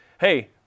Hey